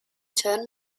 turn